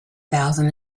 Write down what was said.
thousand